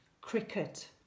cricket